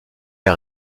les